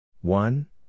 one